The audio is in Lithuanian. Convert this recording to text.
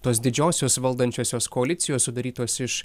tos didžiosios valdančiosios koalicijos sudarytos iš